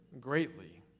greatly